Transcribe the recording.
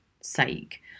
sake